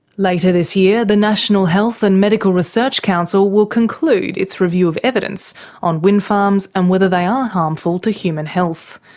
later this year the national health and medical research council will conclude its review of evidence on wind farms and whether they are harmful to human health.